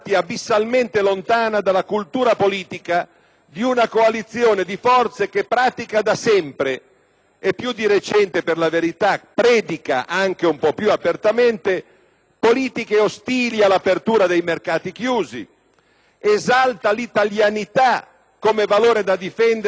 (e più di recente, per la verità, predica anche un po' più apertamente) politiche ostili all'apertura dei mercati chiusi, esalta l'italianità come valore da difendere ad ogni costo (anche quando l'erario e l'interesse nazionale ne risultano gravemente danneggiati),